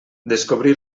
descobrí